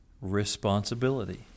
responsibility